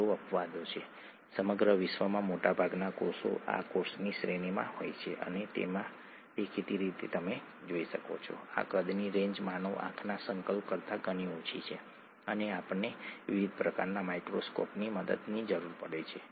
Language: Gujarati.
તેથી આ હાઇડ્રોજન બંધની રચના અથવા બેઝ પેરિંગ જેને તે કહેવામાં આવે છે તે જ ડીએનએને તેનું માળખું આપે છે અને તે જે કરે છે તે કરવાનું શક્ય બનાવે છે